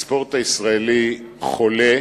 הספורט הישראלי חולה